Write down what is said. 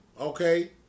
okay